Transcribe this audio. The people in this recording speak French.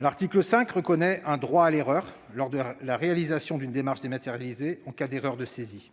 L'article 5 reconnaît un droit à l'erreur lors de la réalisation d'une démarche dématérialisée en cas d'erreur de saisie.